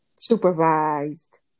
supervised